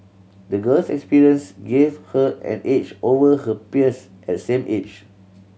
the girl's experience gave her an edge over her peers at same age